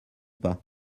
pas